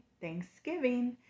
Thanksgiving